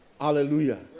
Hallelujah